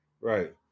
right